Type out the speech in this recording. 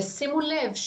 ושימו לב,